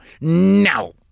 no